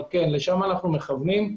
אבל לשם אנו מכוונים.